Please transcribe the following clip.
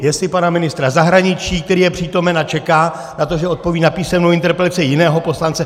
Jestli pana ministra zahraničí, který je přítomen a čeká na to, že odpoví na písemnou interpelaci jiného poslance.